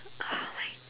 ah mine